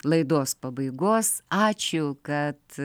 laidos pabaigos ačiū kad